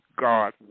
God